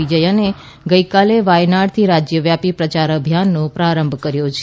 વિજયને ગઈકાલે વાયનાડથી રાજ્યવ્યાપી પ્રયાર અભિયાનનો પ્રારંભ કર્યો છે